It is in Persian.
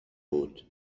بود